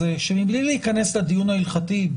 גם מבלי להיכנס לדיון ההלכתי,